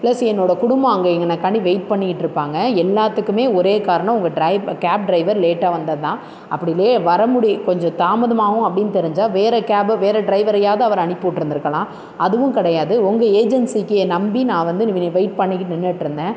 plus என்னோடய குடும்பம் அங்கே எனக்காண்டி வெயிட் பண்ணிக்கிட்டிருப்பாங்க எல்லாத்துக்குமே ஒரே காரணம் உங்கள் ட்ரை கேப் ட்ரைவர் லேட்டாக வந்ததுதான் அப்படி லே வர முடி கொஞ்சம் தாமதமாகும் அப்படின் தெரிஞ்சால் வேறு கேபை வேறு ட்ரைவரையாவது அனுப்பிவிட்டுருந்துருக்கலாம் அதுவும் கிடையாது உங்கள் ஏஜென்சிக்கே நம்பி நான் வந்து வெயிட் பண்ணி நின்றுக்கிட்ருந்தேன்